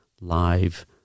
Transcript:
live